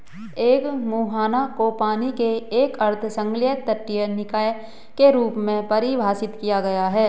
एक मुहाना को पानी के एक अर्ध संलग्न तटीय निकाय के रूप में परिभाषित किया गया है